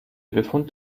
befund